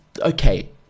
okay